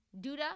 Duda